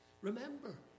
Remember